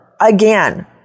again